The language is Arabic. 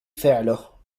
فعله